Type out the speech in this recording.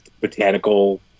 botanical